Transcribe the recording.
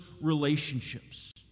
relationships